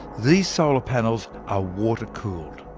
these solar panels are water cooled,